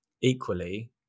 equally